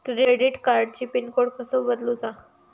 Credit कार्डची pin code कसो बदलुचा?